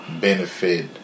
benefit